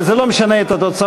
אבל זה לא משנה את התוצאות.